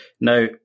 Now